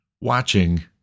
watching